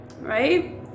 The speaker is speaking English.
Right